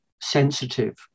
sensitive